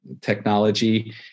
technology